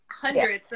hundreds